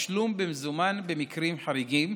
תשלום במזומן במקרים חריגים,